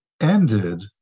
ended